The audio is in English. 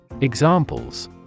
Examples